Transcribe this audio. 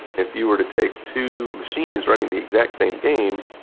if you were to take two machines running the exact same game,